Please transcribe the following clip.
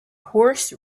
horse